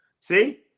See